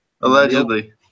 Allegedly